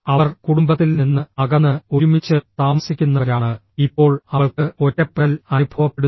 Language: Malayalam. അവർ കുടുംബത്തിൽ നിന്ന് അകന്ന് ഒരുമിച്ച് താമസിക്കുന്നവരാണ് ഇപ്പോൾ അവൾക്ക് ഒറ്റപ്പെടൽ അനുഭവപ്പെടുന്നു